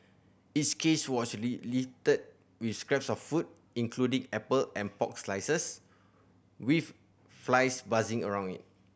its cage was littered with scraps of food including apple and pork slices with flies buzzing around it